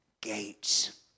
gates